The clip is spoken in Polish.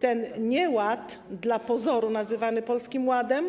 Ten nieład, nazywany dla pozoru Polskim Ładem,